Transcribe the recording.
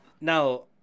Now